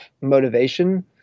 motivation